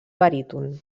baríton